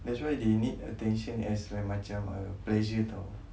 that's why they need attention as like macam uh pleasure